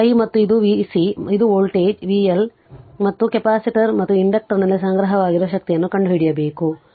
ಇದು i ಮತ್ತು ಇದು v C ಮತ್ತು ಇದು ವೋಲ್ಟೇಜ್ ಮತ್ತು v L ಮತ್ತು ಕೆಪಾಸಿಟರ್ ಮತ್ತು ಇಂಡಕ್ಟರ್ನಲ್ಲಿ ಸಂಗ್ರಹವಾಗಿರುವ ಶಕ್ತಿಯನ್ನು ಕಂಡುಹಿಡಿಯಬೇಕು